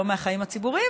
לא מהחיים הציבוריים,